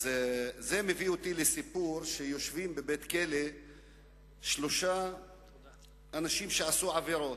זה מביא אותי לסיפור שיושבים בבית-כלא שלושה אנשים שעשו עבירות,